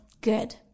Good